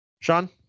Sean